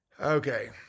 Okay